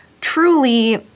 truly